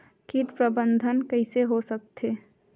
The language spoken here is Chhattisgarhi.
कीट प्रबंधन कइसे हो सकथे?